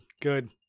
Good